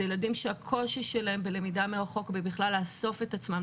זה ילדים שהקושי שלהם בלמידה מרחוק ובכלל לאסוף את עצמם,